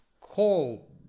call